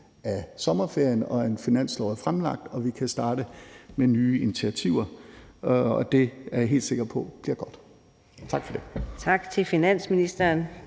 af sommerferien og en finanslov er fremlagt og vi kan starte med nye initiativer. Det er jeg helt sikker på bliver godt. Tak for det. Kl. 14:18 Fjerde